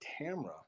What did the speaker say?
Tamra